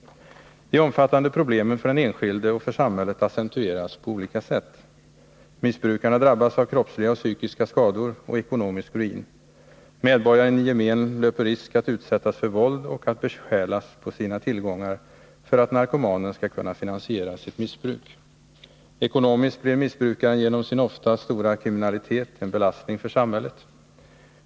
De omfattande problemen för den enskilde och för samhället accentueras på olika sätt. Missbrukarna drabbas av kroppsliga och psykiska skador och ekonomisk ruin. Medborgaren i gemen löper risk att utsättas för våld och att bestjälas på sina tillgångar för att narkomanen skall kunna finansiera sitt missbruk. Ekonomiskt blir missbrukaren genom sin ofta stora kriminalitet en belastning för samhället.